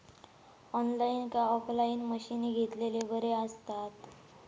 Online काय offline मशीनी घेतलेले बरे आसतात?